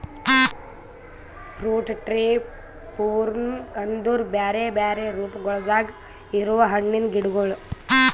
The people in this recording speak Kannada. ಫ್ರೂಟ್ ಟ್ರೀ ಫೂರ್ಮ್ ಅಂದುರ್ ಬ್ಯಾರೆ ಬ್ಯಾರೆ ರೂಪಗೊಳ್ದಾಗ್ ಇರವು ಹಣ್ಣಿನ ಗಿಡಗೊಳ್